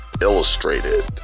illustrated